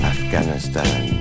Afghanistan